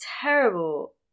terrible